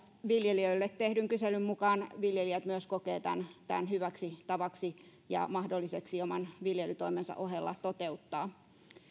viljelijöille tehdyn kyselyn mukaan viljelijät myös kokevat tämän tämän hyväksi tavaksi ja mahdolliseksi oman viljelytoimensa ohella toteuttaa